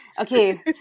Okay